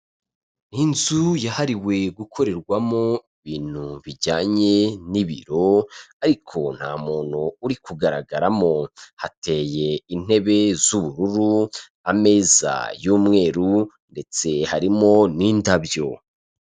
Inzu yahariwe gukorerwamo ibintu bijyanye n'ibiro ariko nta muntu uri kugaragaramo, hateye intebe z'ubururu, ameza y'umweru ndetse harimo n'indabyo.